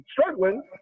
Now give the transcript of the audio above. struggling